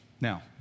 Now